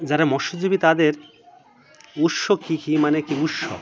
যারা মৎস্যজীবী তাদের উৎস কী কী মানে কী উৎস